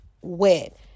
wet